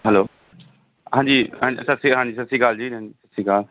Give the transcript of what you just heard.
hello ਹਾਂਜੀ ਹਾਂ ਸਤਿ ਸ਼੍ਰੀ ਅਕਾਲ ਹਾਂਜੀ ਸਤਿ ਸ਼੍ਰੀ ਅਕਾਲ ਜੀ ਸਤਿ ਸ਼੍ਰੀ ਅਕਾਲ